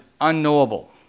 unknowable